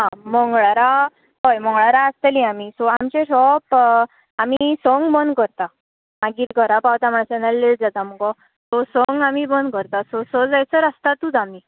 आं मंगळारां हय मंगळारां आसतली आमी सो आमचे शोप आमी सक बंद करतां मागीर घरां पावतां म्हणसर लेट जाता मगो सो संग आमी बंद करता सं जायसर आसतातूच आमी